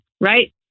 right